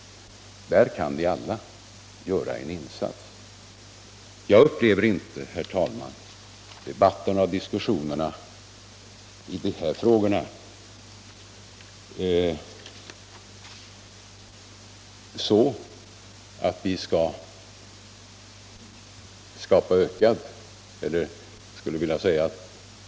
Där kan ni göra en insats. De här debatterna om THX bör klaras ut, men ni medverkar ju inte till det.